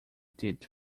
did